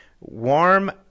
warm